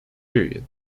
period